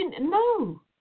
no